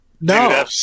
No